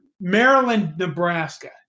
Maryland-Nebraska